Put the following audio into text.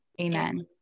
amen